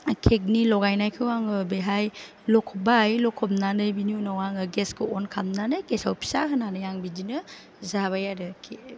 केकनि लगायनायखौ आङो बेहाय लखबबाय लखबनानै बिनि उनाव आङो गेसखौ अन खालामनानै गेसआव फिसा होनानै आं बिदिनो जाबाय आरो केक